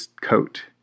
coat